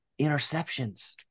interceptions